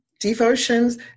devotions